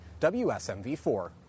WSMV4